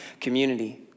community